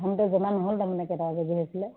ধানটো জমা নহ'ল তাৰমানে কেইটকা কেজিকৈ হৈছিলে